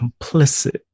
complicit